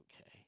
okay